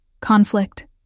conflict